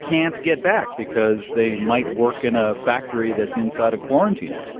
can't get back because they might work in a factory that's inside a quarantine area?